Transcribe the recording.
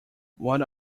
what